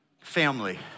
Family